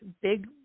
big